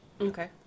Okay